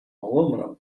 aluminium